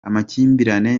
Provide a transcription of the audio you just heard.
amakimbirane